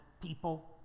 people